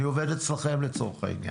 אני עובד אצלכם, לצורך העניין.